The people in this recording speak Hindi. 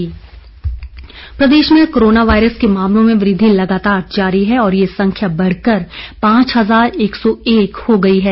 कोरोना अपडेट प्रदेश प्रदेश में कोरोना वायरस के मामलों में वृद्धि लगातार जारी है और ये संख्या बढ़कर पांच हजार एक सौ एक हो गई है